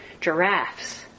giraffes